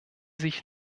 sich